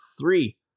three